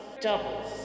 Doubles